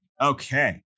Okay